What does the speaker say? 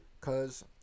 Cause